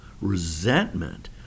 resentment